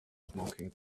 smoking